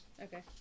Okay